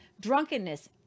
drunkenness